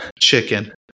chicken